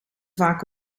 vaak